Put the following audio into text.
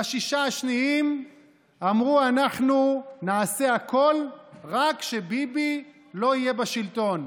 והשישה השניים אמרו: אנחנו נעשה הכול רק שביבי לא יהיה בשלטון,